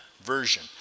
Version